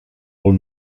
wohl